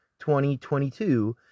2022